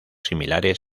similares